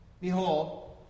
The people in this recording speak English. Behold